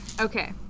Okay